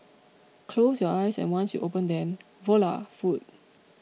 close your eyes and once you open them voila food